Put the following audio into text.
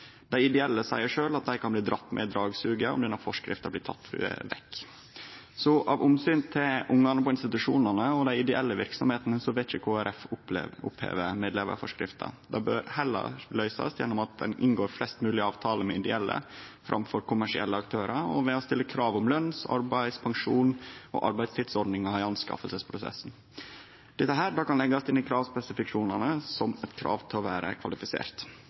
Dei ideelle seier at dei kan bli dregne med i dragsuget om denne forskrifta blir teken vekk. Av omsyn til ungane på institusjonane og dei ideelle verksemdene vil ikkje Kristeleg Folkeparti oppheve medlevarforskrifta. Dette bør heller løysast ved at ein inngår flest mogleg avtalar med dei ideelle framfor dei kommersielle aktørane, og ved å stille krav om løns-, arbeids-, pensjons- og arbeidstidsordningar i anskaffingsprosessen. Dette kan leggjast inn i kravspesifikasjonane, som eit krav til å vere kvalifisert.